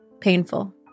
painful